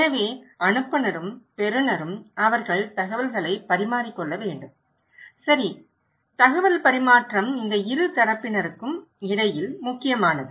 எனவே அனுப்புநரும் பெறுநரும் அவர்கள் தகவல்களைப் பரிமாறிக் கொள்ள வேண்டும் சரி தகவல் பரிமாற்றம் இந்த இரு தரப்பினருக்கும் இடையில் முக்கியமானது